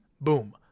boom